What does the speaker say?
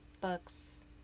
books